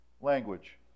language